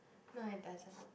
no it doesn't